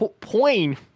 point